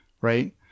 Right